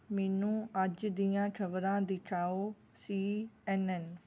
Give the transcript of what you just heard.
ਮੈਨੂੰ ਅੱਜ ਦੀਆਂ ਖਬਰਾਂ ਦਿਖਾਓ ਸੀ ਐੱਨ ਐੱਨ